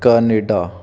Canada